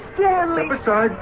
Stanley